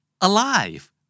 Alive